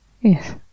Yes